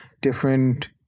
different